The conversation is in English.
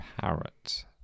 Parrot